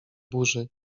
burzy